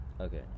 Okay